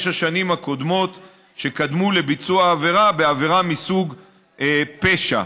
השנים שקדמו לביצוע העבירה בעבירה מסוג פשע,